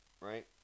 right